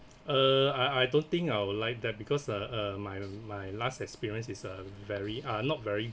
uh I I don't think I will like that because uh uh my my last experience is a very uh not very